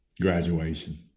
Graduation